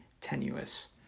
tenuous